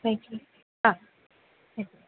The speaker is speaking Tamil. தேங்க்யூ ஆ ம்